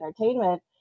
entertainment